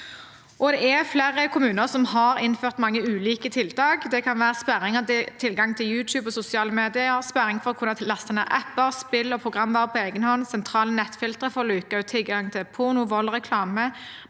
Det er flere kommuner som har innført mange ulike tiltak. Det kan være sperring av tilgang til YouTube og sosiale medier, sperring mot å kunne laste ned apper, spill og programvare på egen hånd, sentrale nettfiltre for å luke ut tilgang til porno, vold og reklame,